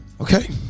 okay